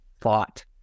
thought